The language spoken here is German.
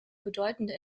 bedeutende